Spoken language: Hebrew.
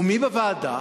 ומי בוועדה?